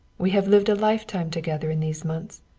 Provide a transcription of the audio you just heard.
we have lived a lifetime together in these months.